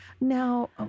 now